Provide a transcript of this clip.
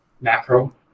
macro